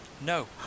No